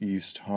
East